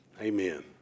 Amen